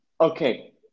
okay